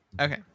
Okay